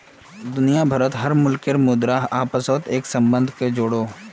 दुनिया भारोत हर मुल्केर मुद्रा अपासोत एक सम्बन्ध को जोड़ोह